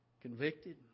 convicted